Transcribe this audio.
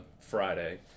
Friday